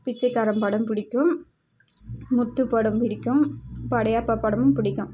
பிச்சைக்காரன் படம் பிடிக்கும் முத்து படம் பிடிக்கும் படையப்பா படமும் பிடிக்கும்